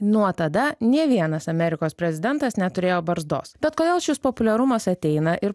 nuo tada nė vienas amerikos prezidentas neturėjo barzdos bet kodėl šis populiarumas ateina ir